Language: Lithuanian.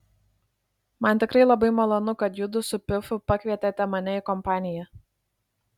man tikrai labai malonu kad judu su pifu pakvietėte mane į kompaniją